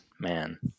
man